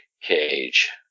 Cage